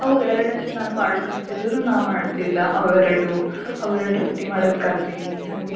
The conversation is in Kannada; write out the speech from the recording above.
ಅವು ಎರಡು ಅಷ್ಟೆ ನಂಗೆ ಮಾಡ್ಲಕ್ಕೆ ಹಚ್ತಿದ್ರು ನಾ ಮಾಡ್ತಿದ್ದೆ ಅವೆರಡು ಅವೆರಡು ರೊಟ್ಟಿ ಮಾಡೋದ್ ಕಲ್ತಿನಿ ಹಂಗೆ